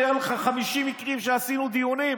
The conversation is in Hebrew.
אני אראה לך 50 מקרים שעשינו דיונים,